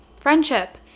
Friendship